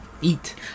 eat